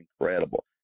incredible